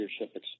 leadership